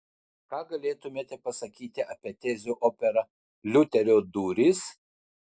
ką galėtumėte pasakyti apie tezių operą liuterio durys